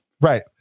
right